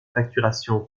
facturation